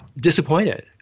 disappointed